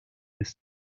ist